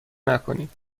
نکنید